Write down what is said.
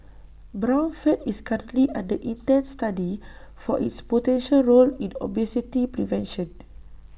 brown fat is currently under intense study for its potential role in obesity prevention